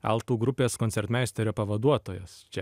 altų grupės koncertmeisterio pavaduotojas čia